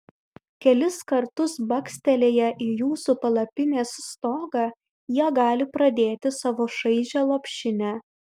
kelis kartus bakstelėję į jūsų palapinės stogą jie gali pradėti savo šaižią lopšinę